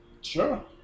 Sure